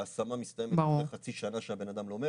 והשמה מסתיימת אחרי חצי שנה שהבן אדם לומד.